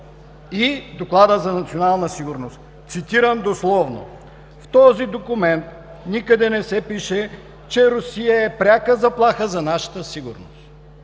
и Доклада за национална сигурност. Цитирам дословно: „В този документ никъде не се пише, че Русия е пряка заплаха за нашата сигурност.